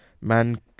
Man